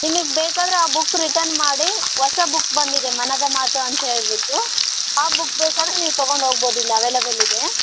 ನಿಮಗೆ ಬೇಕಾದರೆ ಆ ಬುಕ್ ರಿಟರ್ನ್ ಮಾಡಿ ಹೊಸ ಬುಕ್ ಬಂದಿದೆ ಮನದ ಮಾತು ಅಂತ ಹೇಳ್ಬಿಟ್ಟು ಆ ಬುಕ್ ಬೇಕಾದ್ರೆ ನೀವು ತೊಗೊಂಡು ಹೋಗ್ಬೋದು ಇಲ್ಲಿ ಅವೆಲೇಬಲ್ ಇದೆ